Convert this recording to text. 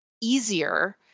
easier